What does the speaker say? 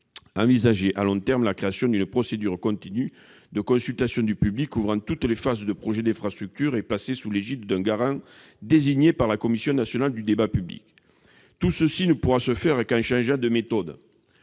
envisager, à long terme, la création d'une procédure continue de consultation du public couvrant toutes les phases du projet d'infrastructure et placée sous l'égide d'un garant désigné par la Commission nationale du débat public. Tout cela ne pourra se faire qu'en changeant de méthode